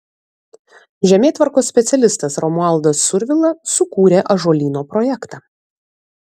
žemėtvarkos specialistas romualdas survila sukūrė ąžuolyno projektą